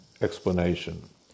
explanation